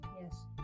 Yes